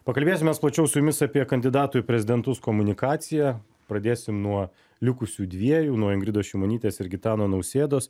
pakalbėsim mes plačiau su jumis apie kandidatų į prezidentus komunikaciją pradėsim nuo likusių dviejų nuo ingridos šimonytės ir gitano nausėdos